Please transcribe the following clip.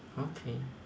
okay